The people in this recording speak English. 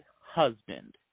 Husband